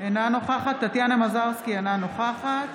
אינה נוכחת טטיאנה מזרסקי, אינה נוכחת